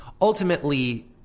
Ultimately